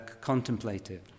contemplative